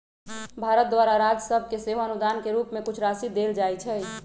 भारत द्वारा राज सभके सेहो अनुदान के रूप में कुछ राशि देल जाइ छइ